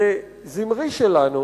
זמרי שלנו